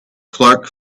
clark